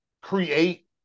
create